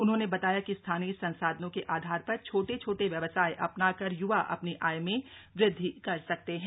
उन्होंने बताया कि स्थानीय संसाधनों के आधार पर छोटे छोट व्यवसाय अपनाकर य्वा अपनी आय में वृद्धि कर सकते हैं